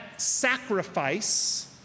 sacrifice